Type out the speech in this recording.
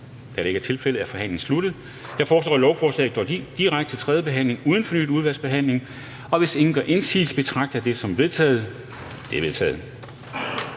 Susanne Zimmer (UFG))? De er vedtaget. Jeg foreslår, at lovforslaget går direkte til tredje behandling uden fornyet udvalgsbehandling. Og hvis ingen gør indsigelse, betragter jeg det som vedtaget. Det er vedtaget.